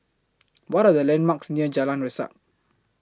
What Are The landmarks near Jalan Resak